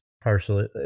partially